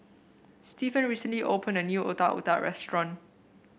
Stephan recently open a new Otak Otak restaurant